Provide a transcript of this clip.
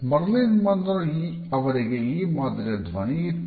Marilyn Monroe ಅವರಿಗೆ ಈ ಮಾದರಿಯ ಧ್ವನಿ ಇತ್ತು